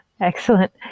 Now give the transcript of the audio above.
Excellent